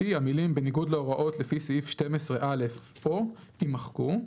המילים "בניגוד להוראות לפי סעיף 12(א) או" יימחקו,"